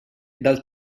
dal